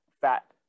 fat